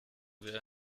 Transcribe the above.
wir